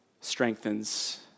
strengthens